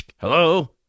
hello